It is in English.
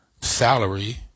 salary